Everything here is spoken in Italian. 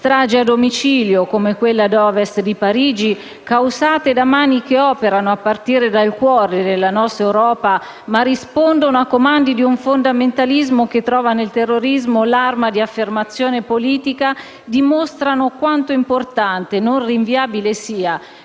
stragi a domicilio, come quella ad ovest di Parigi, causate da mani che operano a partire dal cuore della nostra Europa ma rispondono a comandi di un fondamentalismo, che trova nel terrorismo l'arma di affermazione politica, dimostrano quanto importante e non rinviabile sia